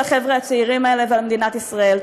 החבר'ה הצעירים האלה ועל מדינת ישראל.